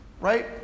right